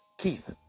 Keith